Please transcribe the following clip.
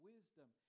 wisdom